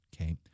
okay